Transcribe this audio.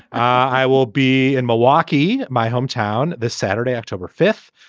i will be in milwaukee my hometown this saturday october fifth.